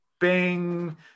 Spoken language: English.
bing